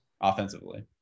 Offensively